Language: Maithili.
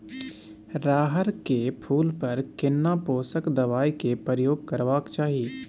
रहर के फूल पर केना पोषक दबाय के प्रयोग करबाक चाही?